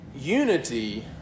unity